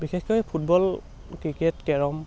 বিশেষকৈ football cricket carrom